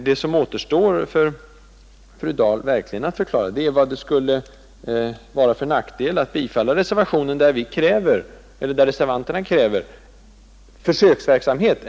Det som återstår för fru Dahl att förklara är, vad det skulle vara för nackdel med att bifalla reservationens krav på en brett upplagd försöksverksamhet.